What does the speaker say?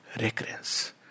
recurrence